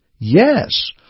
Yes